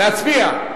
להצביע.